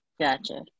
gotcha